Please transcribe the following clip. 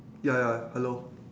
ya ya hello